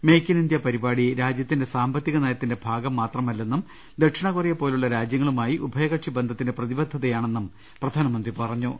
make in India പരിപാടി രാജ്യത്തിന്റെ സാമ്പത്തിക നയത്തിന്റെ ഭാഗം മാത്ര മല്ലെന്നും ദക്ഷിണ കൊറിയ പോലുള്ള രാജ്യങ്ങളുമായി ഉഭയകക്ഷി ബന്ധത്തിന്റെ പ്രതിബദ്ധതയാണെന്നും പ്രധാനമന്ത്രി പറഞ്ഞു